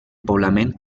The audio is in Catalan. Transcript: poblament